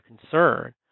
concern